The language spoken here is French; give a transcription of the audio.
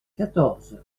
quatorze